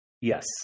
Yes